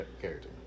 character